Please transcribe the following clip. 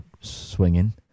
swinging